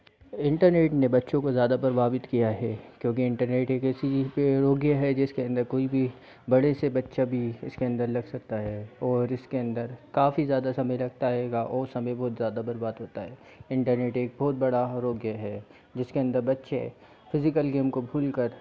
internet ने बच्चों को ज़्यादा प्रभावित किया है क्योंकि इंटरनेट एक ऐसी रोग्य है जिसके अंदर कोई भी बड़े से बच्चा भी इसके अंदर लग सकता है और इसके अंदर काफ़ी ज़्यादा समय लगता है और वो समय बहुत ज़्यादा बर्बाद होता है इंटरनेट एक बहुत बड़ा रोग्य है जिसके अंदर बच्चे फिजिकल गेम को भूलकर